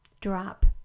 drop